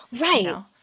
Right